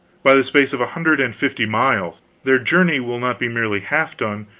by the space of a hundred and fifty miles. their journey will not be merely half done,